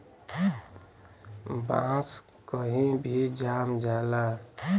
बांस कही भी जाम जाला